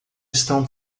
estão